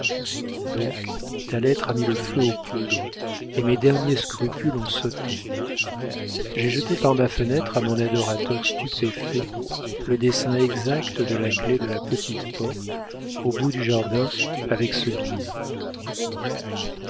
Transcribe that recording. donc ta lettre a mis le feu aux poudres et mes derniers scrupules ont sauté j'ai jeté par ma fenêtre à mon adorateur stupéfait le dessin exact de la clef de la petite porte au bout du jardin avec ce billet